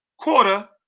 quarter